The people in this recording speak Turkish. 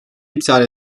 iptal